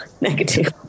negative